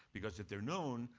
because if they're known,